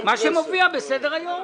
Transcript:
מה שמופיע בסדר היום.